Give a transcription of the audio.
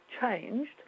changed